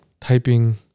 typing